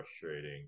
frustrating